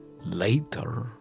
later